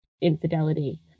infidelity